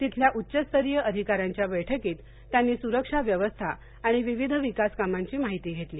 तिथल्या उच्च स्तरीय अधिकाऱ्यांच्या बैठकीत त्यांनी सुरक्षा व्यवस्था आणि विविध विकासकामांची माहिती घेतली